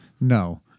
No